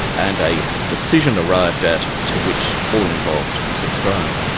and a decision arrived at to which all involved subscribe.